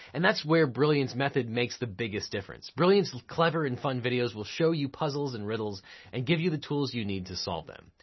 and that's where brilliant's method makes the biggest difference. brilliant's clever and fun videos will show you puzzles and riddles and give you the tools you need to solve them.